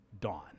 dawn